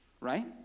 right